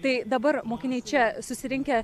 tai dabar mokiniai čia susirinkę